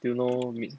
do you know mid